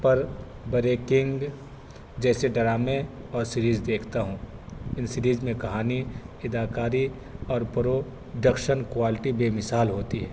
پر بڑے کنگ جیسے ڈرامے اور سیریز دیکھتا ہوں ان سیریز میں کہانی اداکاری اور پروڈکشن کوالٹی بے مثال ہوتی ہے